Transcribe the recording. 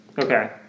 Okay